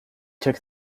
took